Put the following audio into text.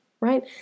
right